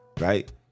Right